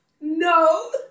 No